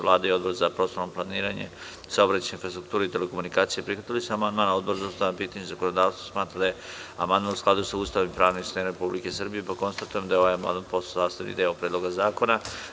Vlada i Odbor za prostorno planiranje, saobraćaj, infrastrukturu i telekomunikacije prihvatili su amandman, a Odbor za ustavna pitanja i zakonodavstvo smatra da je amandman u skladu sa Ustavom i pravnim sistemom Republike Srbije, pa konstatujem da je ovaj amandman postao sastavni deo Predloga zakona.